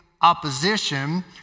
opposition